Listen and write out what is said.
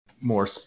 more